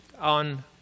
on